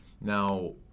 Now